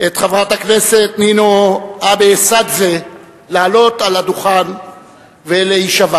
את חברת הכנסת נינו אבסדזה לעלות על הדוכן ולהישבע.